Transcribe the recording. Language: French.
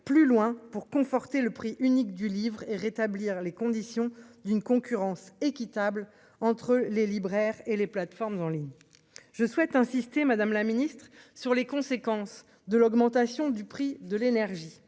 plus loin pour conforter le prix unique du livre, et rétablir les conditions d'une concurrence équitable entre les libraires et les plateformes en ligne, je souhaite insister, Madame la Ministre, sur les conséquences de l'augmentation du prix de l'énergie,